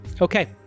Okay